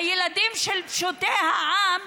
הילדים של פשוטי העם,